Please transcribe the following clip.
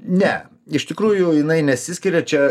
ne iš tikrųjų jinai nesiskiria čia